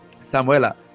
Samuela